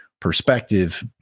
perspective